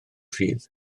rhydd